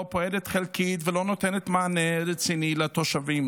פועלת חלקית ולא נותנת מענה רציני לתושבים.